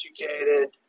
educated